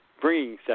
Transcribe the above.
bringing